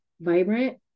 vibrant